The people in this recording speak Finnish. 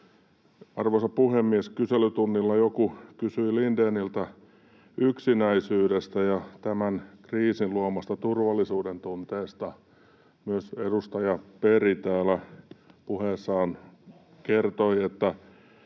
Arvoisa puhemies! Kyselytunnilla joku kysyi Lindéniltä yksinäisyydestä ja tämän kriisin luomasta turvattomuudentunteesta. Myös edustaja Berg täällä puheessaan kertoi,